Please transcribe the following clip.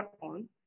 on